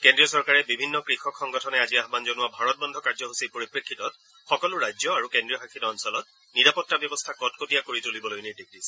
কেন্দ্ৰীয় চৰকাৰে বিভিন্ন কৃষক সংগঠনে আজি আহান জনোৱা ভাৰত বন্ধ কাৰ্যসূচীৰ পৰিপ্ৰেক্ষিতত সকলো ৰাজ্য আৰু কেন্দ্ৰীয়শাসিত অঞ্চলত নিৰাপত্তা ব্যৱস্থা কটকটীয়া কৰি তুলিবলৈ নিৰ্দেশ দিছে